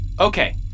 Okay